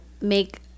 make